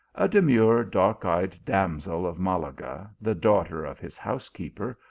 a demure, dark-eyed damsel of malaga, the daughter of his housekeeper,